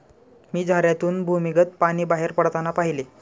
मी झऱ्यातून भूमिगत पाणी बाहेर पडताना पाहिले